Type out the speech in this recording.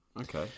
Okay